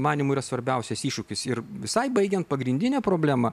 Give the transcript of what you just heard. manymu yra svarbiausias iššūkis ir visai baigiant pagrindinė problema